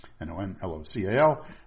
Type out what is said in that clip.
N-O-N-L-O-C-A-L